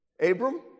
Abram